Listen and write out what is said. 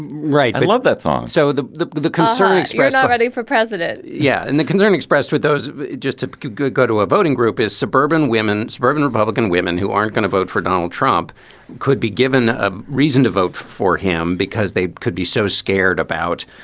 right. i love that song so the the concern expressed already for president. yeah. and the concern expressed with those just to go go to a voting group is suburban women, suburban republican women who aren't going to vote for donald trump could be given a reason to vote for him because they could be so scared about,